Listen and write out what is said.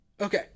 Okay